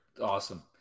Awesome